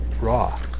raw